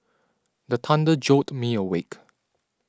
the thunder jolt me awake